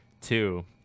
Two